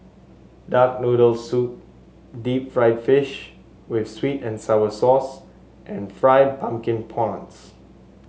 Duck Noodles soup Deep Fried Fish with sweet and sour sauce and Fried Pumpkin Prawns